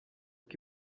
que